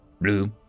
Blue